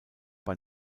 bei